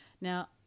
Now